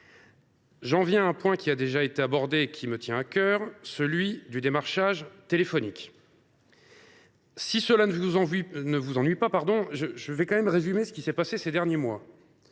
J’en viens à un point qui a déjà été abordé et qui me tient à cœur : le démarchage téléphonique. Si cela ne vous ennuie pas, mes chers collègues, je résumerai ce qui s’est passé ces derniers mois.